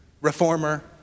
reformer